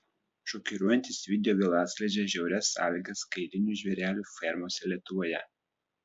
šokiruojantis video vėl atskleidžia žiaurias sąlygas kailinių žvėrelių fermose lietuvoje